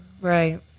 Right